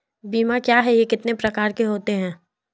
बीमा क्या है यह कितने प्रकार के होते हैं?